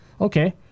Okay